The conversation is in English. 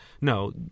no